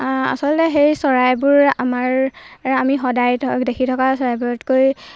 আচলতে সেই চৰাইবোৰ আমাৰ আমি সদায় ধৰক দেখি থকা চৰাইবোৰতকৈ